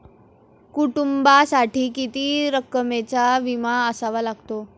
कुटुंबासाठी किती रकमेचा विमा असावा लागतो?